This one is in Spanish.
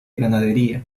ganadería